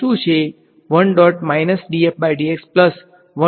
ની બરાબર શુન્ય